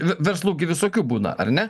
ve verslų gi visokių būna ar ne